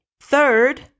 Third